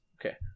Okay